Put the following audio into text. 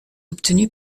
obtenue